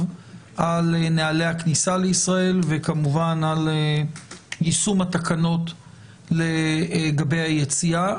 על נהלי הכניסה לישראל וכמובן על יישום התקנות לגבי היציאה.